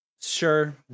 Sure